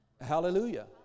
Hallelujah